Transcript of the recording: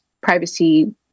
privacy